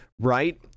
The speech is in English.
right